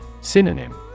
Synonym